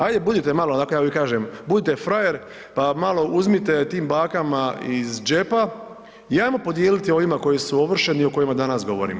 Ajde budite malo onako, ja uvijek kažem, budite frajer, pa malo uzmite tim bankama iz džepa i ajmo podijeliti ovima koji su ovršeni i o kojima danas govorimo.